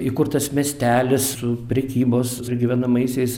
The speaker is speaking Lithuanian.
įkurtas miestelis su prekybos ir gyvenamaisiais